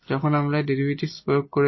যখন আমরা এই ডেরিভেটিভ প্রয়োগ করেছি